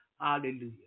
Hallelujah